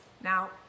Now